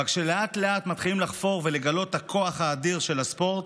אבל כשלאט-לאט מתחילים לחפור ולגלות את הכוח האדיר של הספורט,